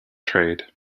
trade